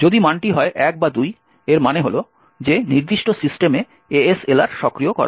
যদি মানটি হয় 1 বা 2 এর মানে হল যে নির্দিষ্ট সিস্টেমে ASLR সক্রিয় করা আছে